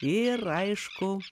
ir aišku